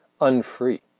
unfree